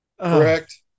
correct